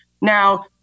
Now